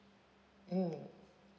mm